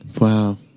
wow